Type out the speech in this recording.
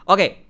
Okay